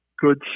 good